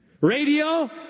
Radio